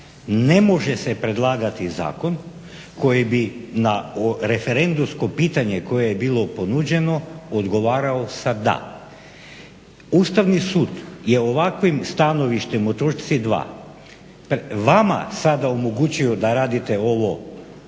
ne može se predlagati zakon koji bi na referendumsko pitanje koje je bilo ponuđeno odgovarao sa da. Ustavni sud je ovakvim stanovištem o točci 2 vama sada omogućio da radite ovo,